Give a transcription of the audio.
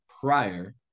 prior